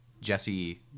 Jesse